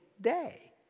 day